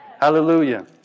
Hallelujah